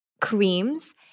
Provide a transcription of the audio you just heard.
creams